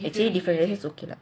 actually diff races okay lah